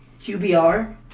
QBR